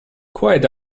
quite